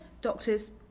doctors